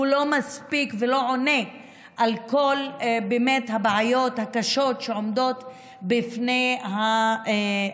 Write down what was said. הוא לא מספיק ולא עונה על כל הבעיות הקשות באמת שעומדות בפני העצמאים.